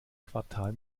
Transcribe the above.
quartal